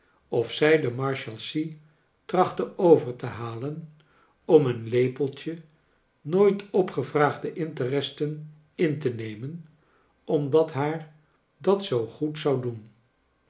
of zij de marshalsea trachtte over te halen om een lepeltje nooit opgevraagde interesten in te nemen omdat haar dat zoo goed zou doen